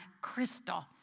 crystal